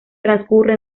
transcurre